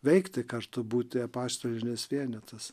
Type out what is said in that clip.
veikti kartu būti apašyolinis vienetas